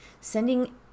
sending